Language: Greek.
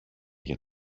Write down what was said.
για